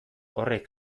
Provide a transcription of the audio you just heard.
horrek